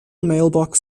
mailbox